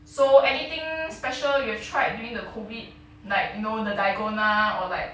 so anything special you have tried during the COVID like you know the dalgona or like